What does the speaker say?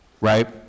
right